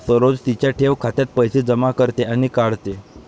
सरोज तिच्या ठेव खात्यात पैसे जमा करते आणि काढते